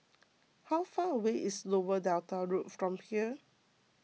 how far away is Lower Delta Road from here